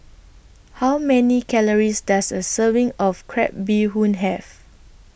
How Many Calories Does A Serving of Crab Bee Hoon Have